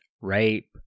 rape